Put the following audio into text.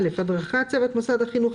(א) הדרכת צוות מוסד החינוך,